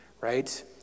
right